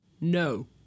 No